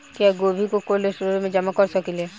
क्या गोभी को कोल्ड स्टोरेज में जमा कर सकिले?